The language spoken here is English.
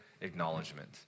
acknowledgement